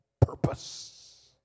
purpose